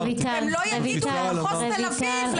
הם לא יגידו למחוז תל אביב לקבל ממחוז חיפה.